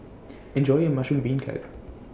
Enjoy your Mushroom Beancurd